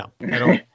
No